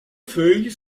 feuilles